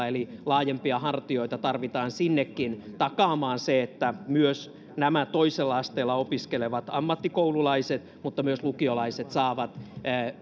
eli laajempia hartioita tarvitaan sinnekin takaamaan se että myös nämä toisella asteella opiskelevat ammattikoululaiset ja lukiolaiset saavat